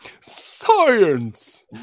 science